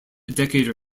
decade